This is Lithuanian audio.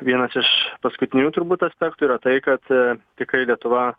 vienas iš paskutinių turbūt aspektų yra tai kad tikrai lietuva